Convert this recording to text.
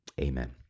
Amen